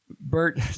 Bert